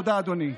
תודה, אדוני.